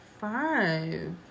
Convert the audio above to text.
Five